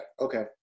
okay